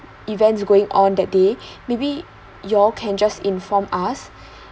events going on that day maybe y'all can just inform us